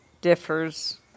differs